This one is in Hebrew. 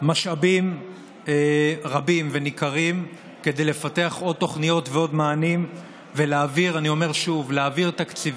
משאבים רבים וניכרים כדי לפתח עוד תוכניות ועוד מענים ולהעביר תקציבים,